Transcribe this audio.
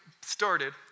started